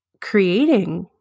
creating